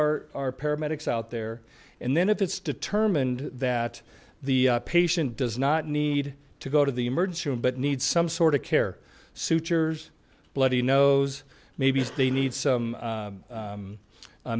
our our paramedics out there and then if it's determined that the patient does not need to go to the emergency room but need some sort of care sutures bloody nose maybe they need some